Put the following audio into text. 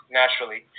naturally